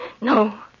no